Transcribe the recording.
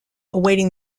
awaiting